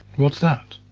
what's that?